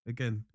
Again